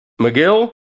McGill